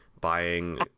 buying